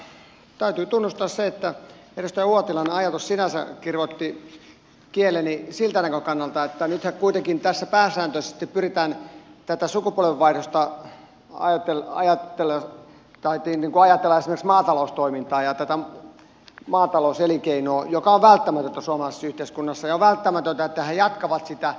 mutta täytyy tunnustaa se että edustajan uotilan ajatus sinänsä kirvoitti kieleni siltä näkökannalta että nythän kuitenkin pääsääntöisesti tässä sukupolvenvaihdoksessa ajatellaan esimerkiksi maataloustoimintaa ja tätä maatalouselinkeinoa joka on välttämätöntä suomalaisessa yhteiskunnassa ja on välttämätöntä että he jatkavat sitä tuotantoa